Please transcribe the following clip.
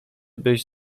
byś